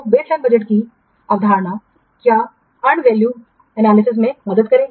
तो baseline budget की अवधारणा क्या अर्जित मूल्य विश्लेषण में मदद करेगी